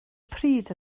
pryd